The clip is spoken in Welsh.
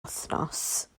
wythnos